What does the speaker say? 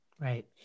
Right